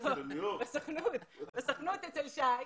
בסוכנות אצל שי.